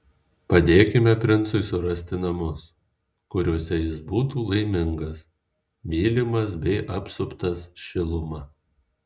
padėkime princui surasti namus kuriuose jis būtų laimingas mylimas bei apsuptas šiluma